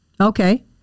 Okay